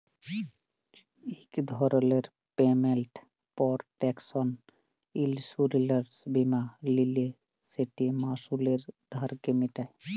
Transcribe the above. ইক ধরলের payment protection insurance বীমা লিলে যেট মালুসের ধারকে মিটায়